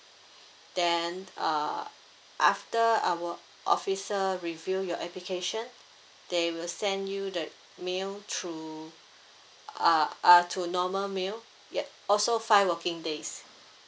then uh after our officer review your application they will send you the mail through uh uh to normal mail yup also five working days